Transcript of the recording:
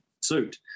suit